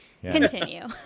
Continue